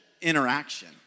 interaction